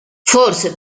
forse